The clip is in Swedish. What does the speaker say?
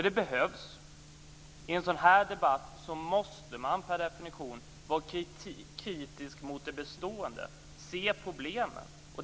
Det behövs nämligen. I en sådan här debatt måste man per definition vara kritisk mot det bestående och se problemen.